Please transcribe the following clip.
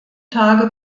tage